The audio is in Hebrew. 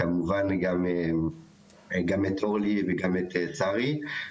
גם לרוני וגם לשרי.